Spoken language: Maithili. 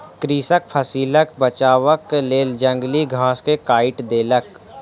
कृषक फसिलक बचावक लेल जंगली घास के काइट देलक